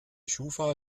schufa